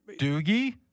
Doogie